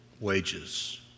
wages